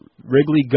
Wrigley